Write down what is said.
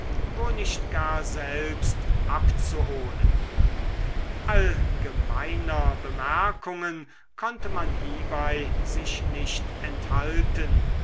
wo nicht gar selbst abzuholen allgemeiner bemerkungen konnte man hiebei sich nicht enthalten